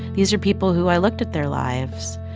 these were people who i looked at their lives.